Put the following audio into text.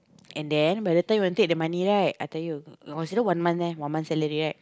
and then by the time you want take the money right I tell you consider one month eh one month salary right